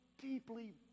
deeply